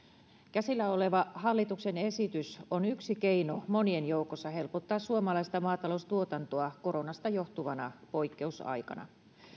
käsillä oleva hallituksen esitys on yksi keino monien joukossa helpottaa suomalaista maataloustuotantoa koronasta johtuvana poikkeusaikana